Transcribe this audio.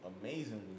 amazingly